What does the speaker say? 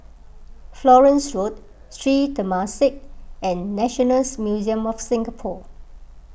Florence Road Sri Temasek and Nationals Museum of Singapore